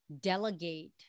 delegate